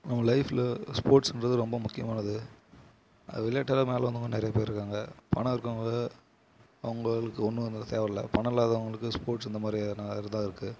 நம்ம லைஃபில் ஸ்போர்ட்ஸ்ன்றது ரொம்ப முக்கியமானது அது விளையாட்டால் மேலே வந்தவங்க நிறையா பேர் இருக்காங்க பணம் இருக்கறவங்க அவங்களுக்கு ஒன்றும் தேவயில்ல பணம் இல்லாதவங்களுக்கு ஸ்போர்ட்ஸ் இந்தமாதிரி எதனா இருந்தால் இருக்குது